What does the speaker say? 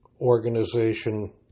organization